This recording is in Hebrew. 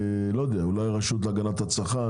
אולי הרשות להגנת הצרכן,